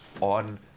on